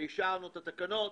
אישרנו את התקנות,